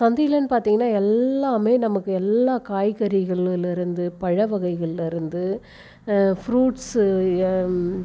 சந்தையிலேன்னு பார்த்தீங்கன்னா எல்லாமே நமக்கு எல்லா காய்கறிகளிலேருந்து பழ வகைகளில் இருந்து ஃப்ருட்ஸு எல்